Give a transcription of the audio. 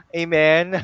amen